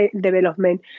development